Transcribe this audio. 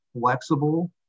flexible